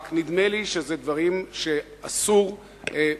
רק נדמה לי שזה דברים שאסור שייאמרו.